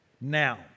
now